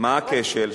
מה הכשל?